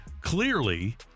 Clearly